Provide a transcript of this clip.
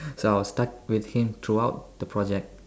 so I was stuck with him throughout the project